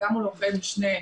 גם מול עורכי משנה.